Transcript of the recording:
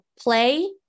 play